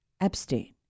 Epstein